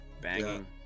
banging